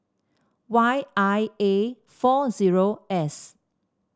Y I A four zero S